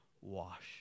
wash